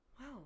Wow